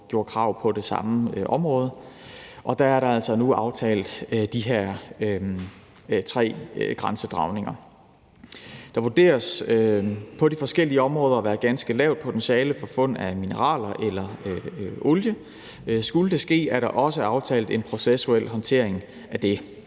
man gjorde krav på det samme område, og der er der altså nu aftalt de her tre grænsedragninger. Der vurderes på de forskellige områder at være et ganske lavt potentiale for fund af mineraler eller olie, og skulle det ske, er der også aftalt en processuel håndtering af det.